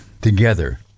together